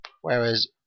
whereas